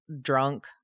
drunk